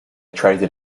traded